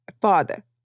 Father